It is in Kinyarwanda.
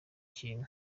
kintu